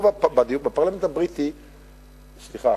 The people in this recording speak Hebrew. סליחה,